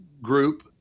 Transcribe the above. group